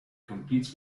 competes